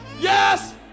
yes